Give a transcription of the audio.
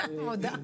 מודה.